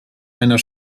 einer